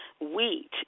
Wheat